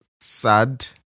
sad